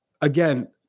again